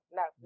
no